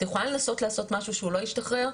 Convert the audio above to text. את יכולה לנסות לעשות משהו שהוא לא ישתחרר?'